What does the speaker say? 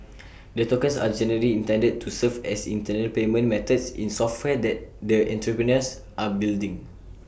the tokens are generally intended to serve as internal payment methods in software that the entrepreneurs are building